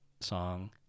song